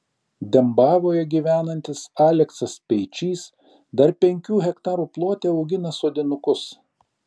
dembavoje gyvenantis aleksas speičys dar penkių hektarų plote augina sodinukus